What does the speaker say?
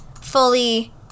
fully